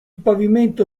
pavimento